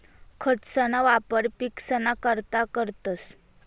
खतंसना वापर पिकसना करता करतंस